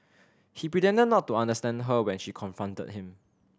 he pretended not to understand her when she confronted him